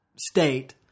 state